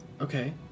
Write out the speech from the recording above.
Okay